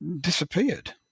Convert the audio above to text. disappeared